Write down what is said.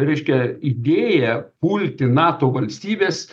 reiškia idėja pulti nato valstybes